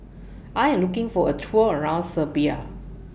I Am looking For A Tour around Serbia